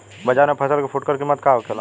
बाजार में फसल के फुटकर कीमत का होखेला?